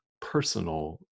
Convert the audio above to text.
personal